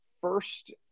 first